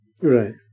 Right